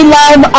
love